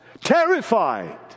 terrified